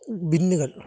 ബിന്നുകൾ